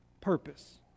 purpose